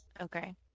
okay